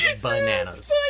Bananas